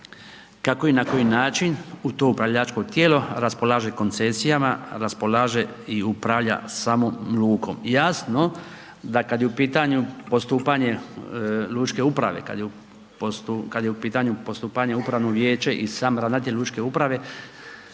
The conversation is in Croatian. kako i na koji način to upravljačko tijelo raspolaže koncesijama, raspolaže i upravlja samom lukom. Jasno da kad je u pitanju postupanje lučke uprave,